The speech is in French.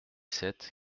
sept